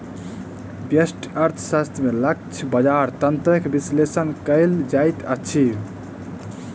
व्यष्टि अर्थशास्त्र में लक्ष्य बजार तंत्रक विश्लेषण कयल जाइत अछि